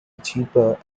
cheaper